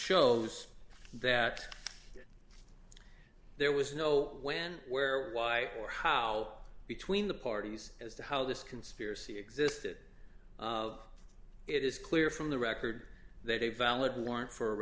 shows that there was no when where why or how between the parties as to how this conspiracy existed of it is clear from the record that a valid warrant for